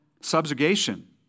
subjugation